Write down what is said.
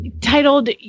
titled